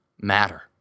matter